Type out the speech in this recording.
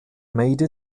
made